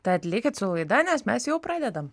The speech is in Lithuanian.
tad likit su laida nes mes jau pradedam